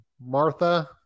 martha